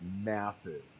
massive